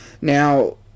Now